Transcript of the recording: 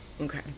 Okay